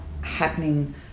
happening